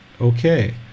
okay